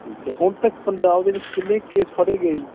ਠੀਕ ਹੈ ਹੁਣ ਤੱਕ ਪੰਜਾਬ ਦੇ ਵਿੱਚ ਕਿੰਨੇ ਕੇਸ ਫੜੇ ਗਏ